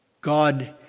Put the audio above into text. God